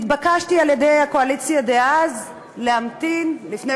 התבקשתי על-ידי הקואליציה דאז להמתין לפני